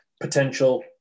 potential